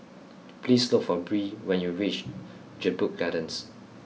please look for Bree when you reach Jedburgh Gardens